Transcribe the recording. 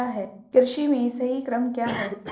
कृषि में सही क्रम क्या है?